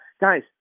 guys